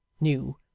new